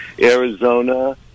Arizona